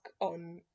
on